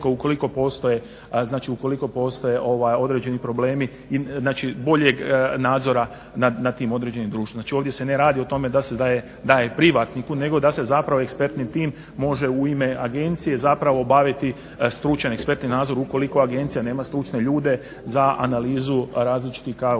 ukoliko postoje određeni problemi, znači boljeg nadzora nad tim određenim društvima. Znači ovdje se ne radi o tome da se daje privatniku nego da se zapravo ekspertni tim može u ime agencije zapravo obaviti stručan, ekspertni nadzor ukoliko agencija nema stručne ljude za analizu različitih kao što sam